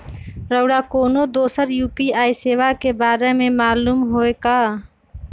रउरा कोनो दोसर यू.पी.आई सेवा के बारे मे मालुम हए का?